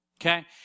okay